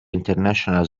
international